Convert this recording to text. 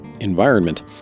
environment